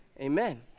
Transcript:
Amen